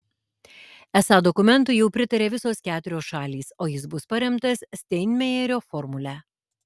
esą dokumentui jau pritarė visos keturios šalys o jis bus paremtas steinmeierio formule